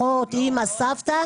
אחות, אמא, סבתא?